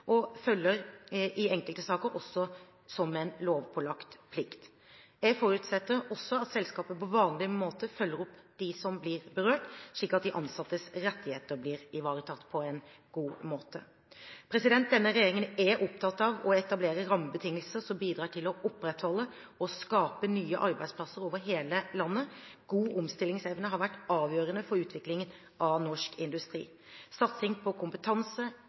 og det følger i enkelte saker også som en lovpålagt plikt. Jeg forutsetter også at selskapet på vanlig måte følger opp dem som blir berørt, slik at de ansattes rettigheter blir ivaretatt på en god måte. Denne regjeringen er opptatt av å etablere rammebetingelser som bidrar til å opprettholde og skape nye arbeidsplasser over hele landet. God omstillingsevne har vært avgjørende for utviklingen av norsk industri. Satsing på kompetanse,